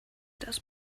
das